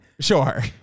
Sure